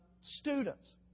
students